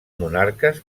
monarques